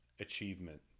Achievement